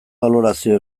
balorazio